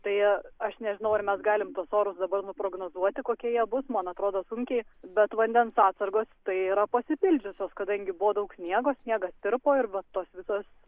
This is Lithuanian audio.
tai aš nežinau ar mes galim tuos orus dabar prognozuoti kokie jie bus man atrodo sunkiai bet vandens atsargos tai yra pasipildžiusios kadangi buvo daug sniego sniegas tirpo ir vat tos visos